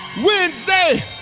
Wednesday